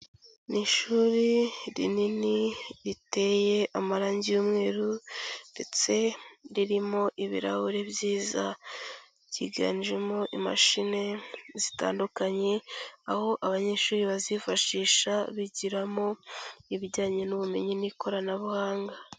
Ni ishuri rinini riteye amarangi y'umweru ndetse ririmo ibirahure byiza. Ryiganjemo imashini zitandukanye, aho abanyeshuri bazifashisha bigiramo ibijyanye n'ubumenyi n'ikoranabuhanga.